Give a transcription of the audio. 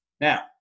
Now